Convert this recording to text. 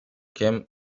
kim